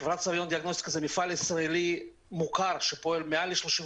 אנחנו מפעל ישראלי מוכר שפועל מעל ל-35